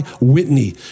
Whitney